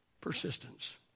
Persistence